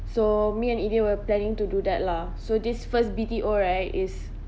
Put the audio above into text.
so me and eday were planning to do that lah so this first B_T_O right is